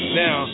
now